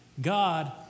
God